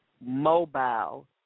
mobile